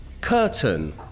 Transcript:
Curtain